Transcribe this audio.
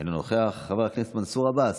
אינו נוכח, חבר הכנסת מנסור עבאס,